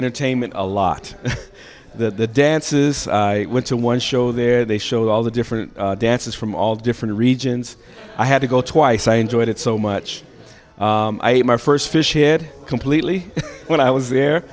entertainment a lot that the dances i went to one show there they show all the different dances from all different regions i had to go twice i enjoyed it so much i ate my first fish it completely when i was there